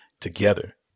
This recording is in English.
Together